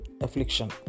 affliction